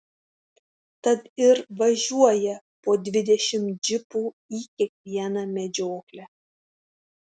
tad ir važiuoja po dvidešimt džipų į kiekvieną medžioklę